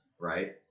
right